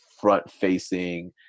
front-facing